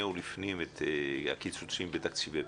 ולפנים את הקיצוצים בתקציבי פעולות.